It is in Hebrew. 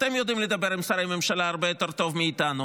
אתם יודעים לדבר עם שרי ממשלה הרבה יותר טוב מאיתנו.